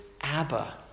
Abba